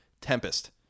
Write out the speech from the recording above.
Tempest